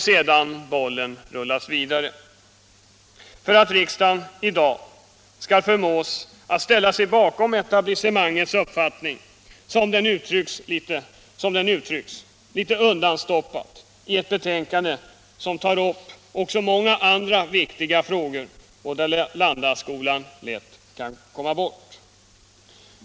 Sedan rullas bollen vidare — för att riksdagen i dag skall förmås att ställa sig bakom etablissemangets uppfattning, såsom denna uttrycks litet undanstoppad i ett betänkande, som tar upp också många andra viktiga frågor och där Landaskolan lätt kan komma bort.